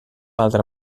altre